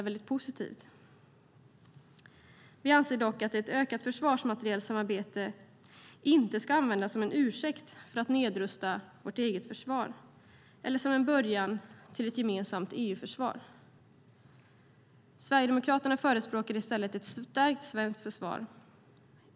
Vi anser dock att ett ökat försvarsmaterielsamarbete inte ska användas som en ursäkt för att nedrusta vårt eget försvar eller som en början till ett gemensamt EU-försvar. Sverigedemokraterna förespråkar i stället ett förstärkt svenskt försvar.